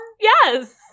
Yes